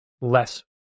less